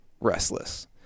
restless